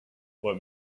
what